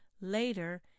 later